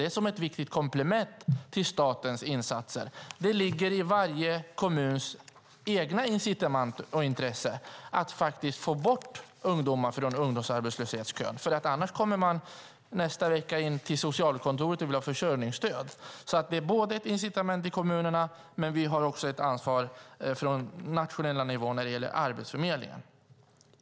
Det är ett viktigt komplement till statens insatser. Det ligger i varje kommuns eget intresse och är ett incitament att få bort ungdomar från ungdomsarbetslöshetskön. Annars kommer de nästa vecka in till socialkontoret och vill ha försörjningsstöd. Det finns ett incitament för kommunerna. Men vi har också ett ansvar från den nationella nivån när det gäller Arbetsförmedlingen.